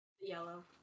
Yellow